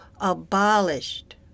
abolished